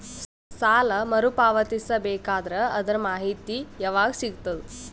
ಸಾಲ ಮರು ಪಾವತಿಸಬೇಕಾದರ ಅದರ್ ಮಾಹಿತಿ ಯವಾಗ ಸಿಗತದ?